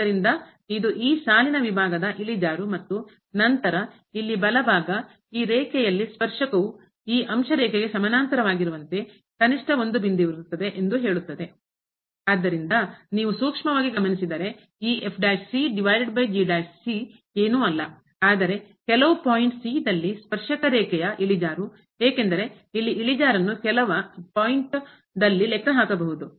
ಆದ್ದರಿಂದ ಇದು ಈ ಸಾಲಿನ ವಿಭಾಗದ ಇಳಿಜಾರು ಮತ್ತು ನಂತರ ಇಲ್ಲಿ ಬಲಭಾಗ ಈ ರೇಖೆ ಯಲ್ಲಿ ಸ್ಪರ್ಶಕವು ಈ ಅಂಶ ರೇಖೆಗೆ ಸಮಾನಾಂತರವಾಗಿರುವಂತೆ ಕನಿಷ್ಠ ಒಂದು ಬಿಂದುವಿರುತ್ತದೆ ಎಂದು ಹೇಳುತ್ತದೆ ಆದ್ದರಿಂದ ನೀವು ಸೂಕ್ಷ್ಮವಾಗಿ ಗಮನಿಸಿದರೆ ಈ ಏನೂ ಅಲ್ಲ ಆದರೆ ಕೆಲವು ಪಾಯಿಂಟ್ ಸ್ಪರ್ಶಕ ರೇಖೆಯ ಇಳಿಜಾರು ಏಕೆಂದರೆ ಇಲ್ಲಿ ಇಳಿಜಾರನ್ನು ಕೆಲವು ಪಾಯಿಂಟ್ ಲೆಕ್ಕಹಾಕಲಾಗುತ್ತದೆ